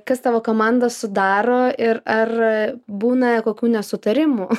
kas tavo komandą sudaro ir ar būna kokių nesutarimų